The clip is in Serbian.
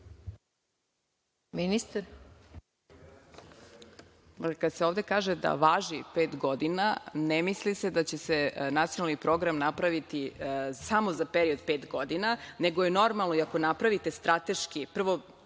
Mihajlović** Kada se ovde kaže da važi pet godina, ne misli se da će se nacionalni program napraviti samo za period od pet godina, nego je normalno i ako napravite strateški, prvo,